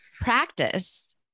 Practice